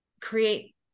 create